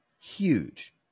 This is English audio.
huge